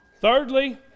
Thirdly